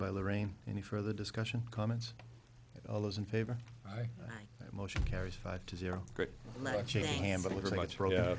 by lorraine any further discussion comments all those in favor motion carries five